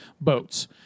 boats